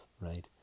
right